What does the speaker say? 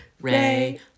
Ray